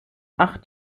acht